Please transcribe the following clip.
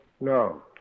No